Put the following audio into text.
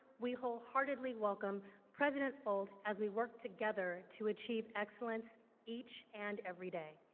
we wholeheartedly welcome president folt as we work together to achieve excellence each and every day.